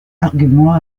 argument